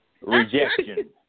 Rejection